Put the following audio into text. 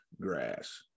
grass